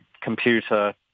computer